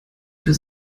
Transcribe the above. für